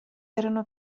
erano